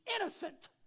innocent